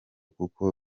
kuko